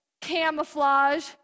camouflage